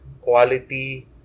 quality